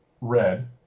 Red